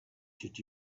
did